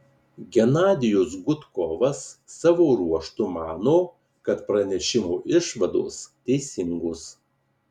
genadijus gudkovas savo ruožtu mano kad pranešimo išvados teisingos